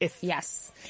Yes